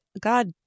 God